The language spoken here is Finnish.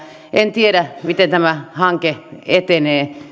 en tiedä miten tämä hanke etenee